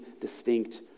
distinct